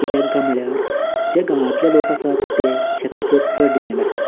कित्याक काय म्हणल्यार जे गांवांतले लोक आसात ते शेताचेर चड डिपेंड आसतात